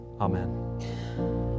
amen